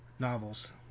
Novels